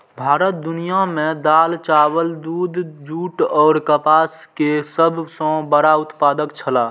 भारत दुनिया में दाल, चावल, दूध, जूट और कपास के सब सॉ बड़ा उत्पादक छला